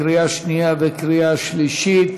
לקריאה שנייה וקריאה שלישית.